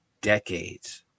decades